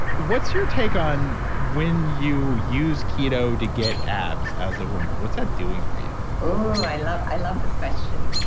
what's your take on when you use keto to get abs as a woman? what's that doing for you? ah, i love i love this question.